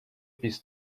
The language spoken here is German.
bis